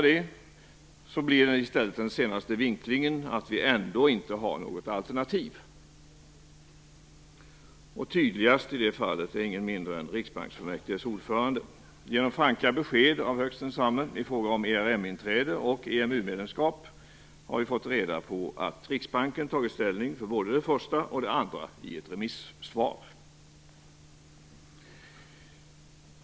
Enligt den senaste vinklingen har vi ändå inte något alternativ om vi inte gör det. Tydligast i det fallet är ingen mindre än riksbanksfullmäktiges ordförande. Genom franka besked av högst densamme i fråga om ERM-inträde och EMU-medlemskap har vi fått reda på att Riksbanken tagit ställning för både det första och det andra i ett remisssvar.